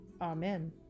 Amen